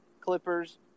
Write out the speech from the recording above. Clippers